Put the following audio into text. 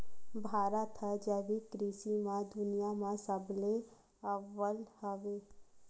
भारत हा जैविक कृषि मा दुनिया मा सबले अव्वल हवे